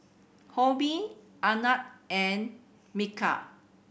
Homi Anand and Milkha